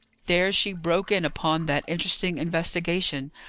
there she broke in upon that interesting investigation,